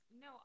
no